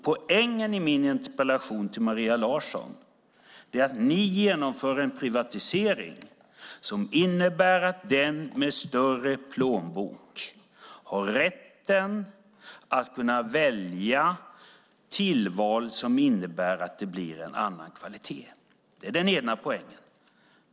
Poängen i min interpellation till Maria Larsson är att ni genomför en privatisering som innebär att den med större plånbok har rätten att göra tillval som innebär att det blir en annan kvalitet. Det är den ena poängen.